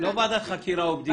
ועדת חקירה או בדיקה.